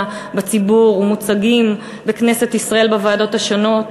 בציבור מוצגים בכנסת ישראל בוועדות השונות,